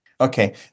okay